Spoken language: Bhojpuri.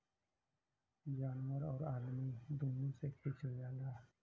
जानवर आउर अदमी दुनो से खिचल जाला